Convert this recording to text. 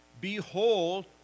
behold